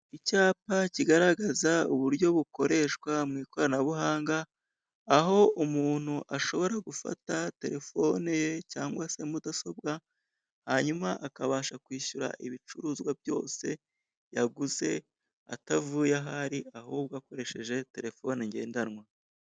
Icyapa kigaragaza uburyo bukoreshwa mu ikoranabuhanga, aho umuntu ashobora gufata telefone ye cyangwa se mudasobwa, hanyuma akabasha kwishyura ibicuruzwa byose yaguze, atavuye aho ari ahubwo akoresheje telefone ngendanwa.